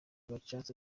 gacaca